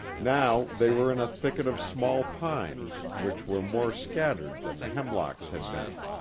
now they were in a thicket of small pines which were more scattered than the hemlocks had been.